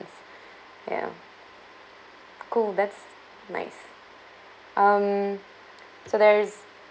ya cool that's nice um so there is